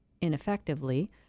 ineffectively